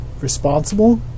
responsible